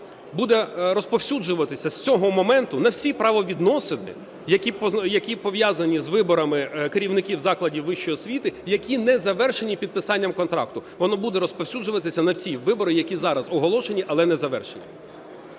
буде розповсюджуватися з цього моменту на всі правовідносини, які пов'язані з виборами керівників закладів вищої освіти, які не завершені підписанням контракту. Воно буде розповсюджуватися на всі вибори, які зараз оголошені, але не завершені.